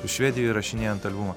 švedijoj įrašinėjant albumą